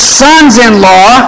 sons-in-law